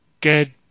Good